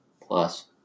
plus